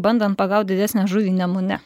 bandant pagaut didesnę žuvį nemune